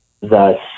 Thus